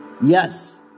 Yes